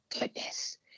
goodness